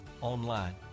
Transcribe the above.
online